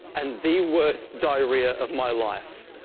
and the worst diarrhoea of my life.